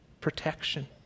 protection